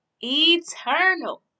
eternal